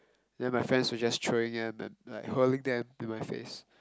then my friends were just throwing them and like hurling them in my face